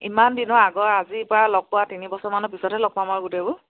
ইমান দিনৰ আগৰ আজিপৰা লগ পোৱা তিনি বছৰমানৰ পিছতহে লগ পাম আৰু গোটেইবোৰ